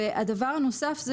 הדבר הנוסף,